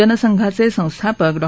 जनसंघाचे संस्थापक डॉ